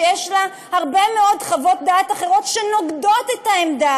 שיש לה הרבה מאוד חוות דעת אחרות שנוגדות את העמדה